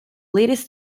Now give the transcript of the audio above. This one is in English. latest